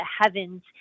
heavens